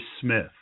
Smith